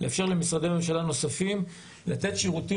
לאפשר למשרדי ממשלה נוספים לתת שירותים